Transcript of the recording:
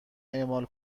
اعمال